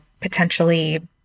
potentially